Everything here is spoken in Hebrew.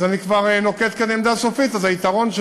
אז אני נוקט כאן עמדה סופית והיתרון של